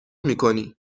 میکنی